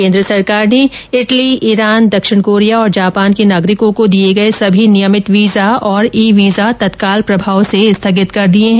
केन्द्र सरकार ने इटली ईरान दक्षिण कोरिया और जापान के नागरिकों को दिये गये सभी नियमित वीजा और ई वीजा तत्काल प्रभाव से स्थगित कर दिये हैं